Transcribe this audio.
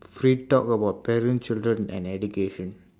free talk about parent children and education